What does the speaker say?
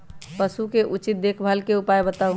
पशु के उचित देखभाल के उपाय बताऊ?